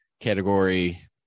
category